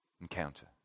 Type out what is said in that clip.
encounter